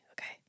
okay